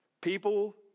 People